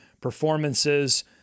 performances